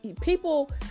People